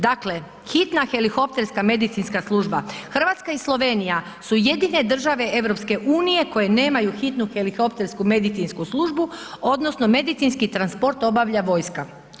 Dakle, hitna helikopterska medicinska služba, Hrvatska i Slovenija su jedine države EU koje nemaju hitnu helikoptersku medicinsku službu odnosno medicinski transport obavlja vojska.